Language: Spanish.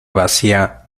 vacía